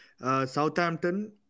Southampton